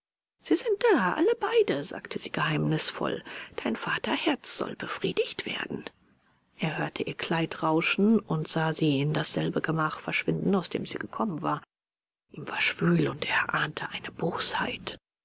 sie sind da alle beide sagte sie geheimnisvoll dein vaterherz soll befriedigt werden er hörte ihr kleid rauschen und sah sie in dasselbe gemach verschwinden aus dem sie gekommen war ihm war schwül und er ahnte eine